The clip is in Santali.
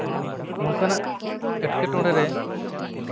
ᱱᱚᱝᱠᱟᱱᱟᱜ ᱮᱸᱴᱠᱮᱴᱚᱬᱮ ᱨᱮ